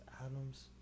Adams